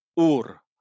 Ur